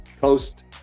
coast